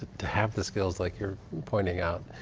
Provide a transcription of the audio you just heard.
to to have the skills like you're pointing out.